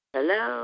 Hello